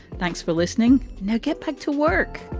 thanks for listening. now get back to work